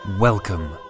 Welcome